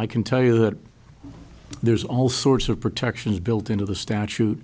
i can tell you that there's all sorts of protections built into the statute